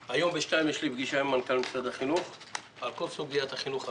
ב-14:00 יש לי פגישה עם מנכ"ל משרד החינוך על כל סוגיית החינוך המיוחד.